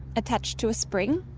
attached to a spring,